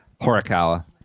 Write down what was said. Horikawa